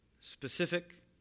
specific